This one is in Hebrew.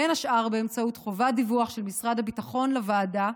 בין השאר באמצעות חובת דיווח של משרד הביטחון לוועדה,